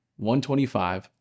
125